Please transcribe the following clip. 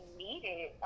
needed